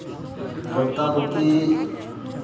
ᱯᱚᱫᱽᱫᱟᱵᱚᱛᱤ